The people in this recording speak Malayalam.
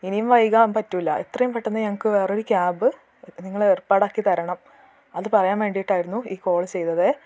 ഇനിയും വൈകാൻ പറ്റില്ല എത്രയും പെട്ടെന്ന് ഞങ്ങൾക്ക് വേറൊരു ക്യാബ് നിങ്ങൾ ഏർപ്പാടാക്കി തരണം അത് പറയാൻ വേണ്ടിയിട്ടായിരുന്നു ഈ കോൾ ചെയ്തതേ